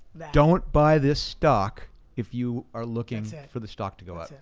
don't buy this stock if you are looking for the stock to go up,